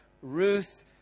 Ruth